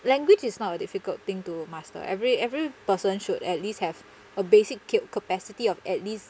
language is not a difficult thing to master every every person should at least have a basic ca~ capacity of at least